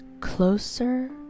closer